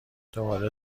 دوباره